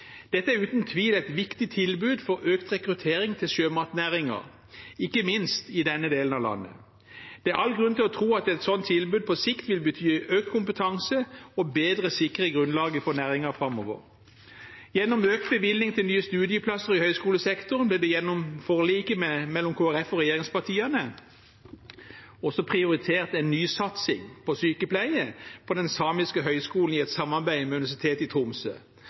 Dette er uten tvil et viktig tilbud for økt rekruttering til sjømatnæringen, ikke minst i denne delen av landet. Det er all grunn til å tro at et sånt tilbud på sikt vil bety økt kompetanse og bedre sikring av grunnlaget for næringen framover. Gjennom økt bevilgning til nye studieplasser i høyskolesektoren ble det gjennom forliket mellom Kristelig Folkeparti og regjeringspartiene også prioritert en nysatsing på sykepleie på Samisk høgskole i samarbeid med Universitetet i Tromsø.